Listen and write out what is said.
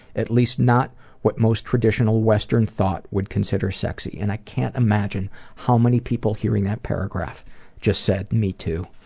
at least not what most traditional western thought would consider sexy and i can't imagine how many people hearing that paragraph just said, me too.